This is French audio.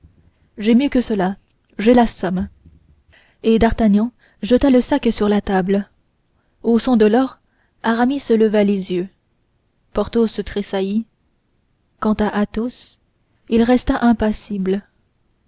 j'ai mieux que cela j'ai la somme et d'artagnan jeta le sac sur la table au son de l'or aramis leva les yeux porthos tressaillit quant à athos il resta impassible